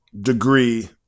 degree